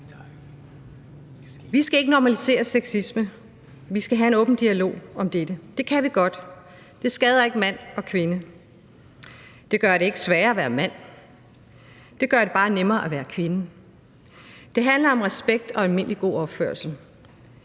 Vi skal ikke normalisere sexisme; vi skal have en åben dialog om det. Det kan vi godt. Det skader ikke mand og kvinde. Det gør det ikke sværere at være mand. Det gør det bare nemmere at være kvinde. Det handler om respekt og almindelig god opførsel.